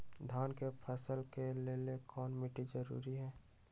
धान के फसल के लेल कौन मिट्टी जरूरी है?